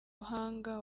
buhanga